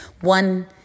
One